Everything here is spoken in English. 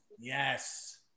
Yes